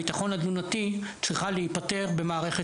גבוה במדינות המפותחות של שיעורי העוני של ילדים.